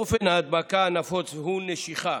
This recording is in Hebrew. אופן ההדבקה הנפוץ הוא נשיכה.